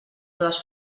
seves